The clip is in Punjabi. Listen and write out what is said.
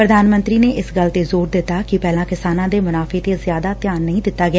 ਪੁਧਾਨ ਮੰਤਰੀ ਨੇ ਇਸ ਗੱਲ ਤੇ ਜ਼ੋਰ ਦਿੱਤਾ ਕਿ ਪਹਿਲਾਂ ਕਿਸਾਨਾਂ ਦੇ ਮੁਨਾਫ਼ੇ ਤੇ ਜ਼ਿਆਦਾ ਧਿਆਨ ਨਹੀ ਦਿੱਤਾ ਗਿਆ